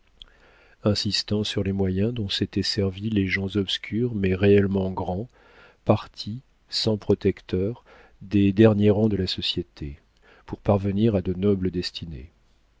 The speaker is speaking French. insistant sur les moyens dont s'étaient servis les gens obscurs mais réellement grands partis sans protecteurs des derniers rangs de la société pour parvenir à de nobles destinées